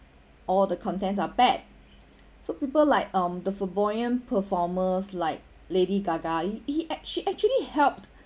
all the contents are bad so people like um the flamboyant performers like lady gaga he